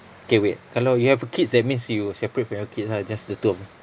okay wait kalau you have a kids that means you separate from your kids ah just the two of